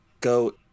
go